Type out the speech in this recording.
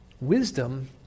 Wisdom